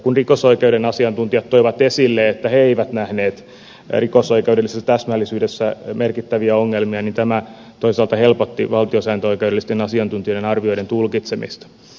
kun rikosoikeuden asiantuntijat toivat esille että he eivät nähneet rikosoikeudellisessa täsmällisyydessä merkittäviä ongelmia niin tämä toisaalta helpotti valtiosääntöoikeudellisten asiantuntijoiden arvioiden tulkitsemista